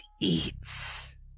eats